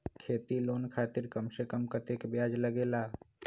खेती लोन खातीर कम से कम कतेक ब्याज लगेला?